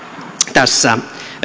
tässä